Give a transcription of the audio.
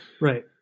Right